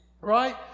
right